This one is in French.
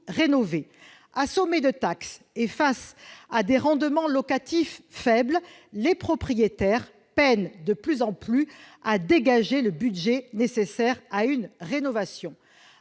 Assommés de taxes et face à des rendements locatifs faibles, les propriétaires peinent de plus en plus à dégager le budget nécessaire à une rénovation.